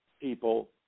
people